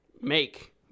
make